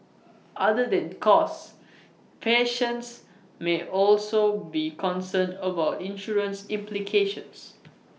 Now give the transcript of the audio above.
other than cost patients may also be concerned about insurance implications